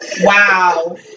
wow